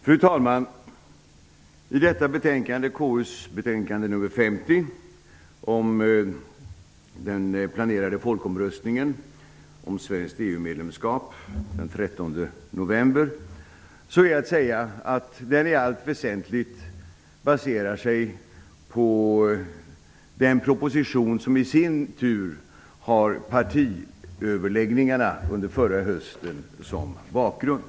Fru talman! Konstitutionsutskottets betänkande nr 50, om den planerade folkomröstningen om svenskt EU-medlemskap den 13 november, baserar sig i allt väsentligt på den proposition som i sin tur har partiöverläggningarna under förra hösten som bakgrund.